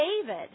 David